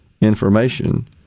information